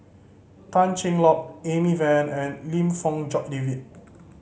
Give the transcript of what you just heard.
Tan Cheng Lock Amy Van and Lim Fong Jock David